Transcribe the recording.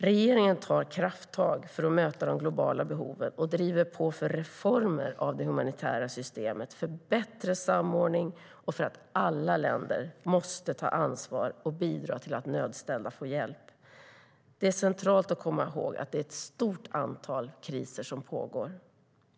Regeringen tar krafttag för att möta de globala behoven och driver på för reformer av det humanitära systemet, för bättre samordning och för att alla länder måste ta ansvar och bidra till att nödställda får hjälp. Det är centralt att komma ihåg att det är ett stort antal kriser som pågår.